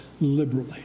liberally